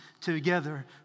together